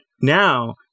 now